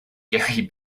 gary